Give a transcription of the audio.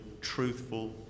truthful